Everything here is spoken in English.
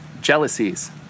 jealousies